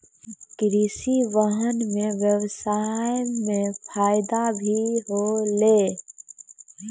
कृषि वाहन सें ब्यबसाय म फायदा भी होलै